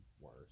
worse